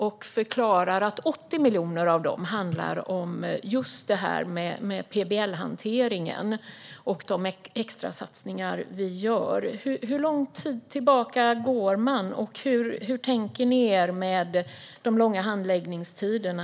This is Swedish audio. Man förklarar att 80 miljoner av de pengarna handlar om just PBL-hanteringen och de extra satsningar vi gör. Hur lång tid tillbaka går ni, och hur tänker ni er det här med de långa handläggningstiderna?